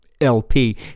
LP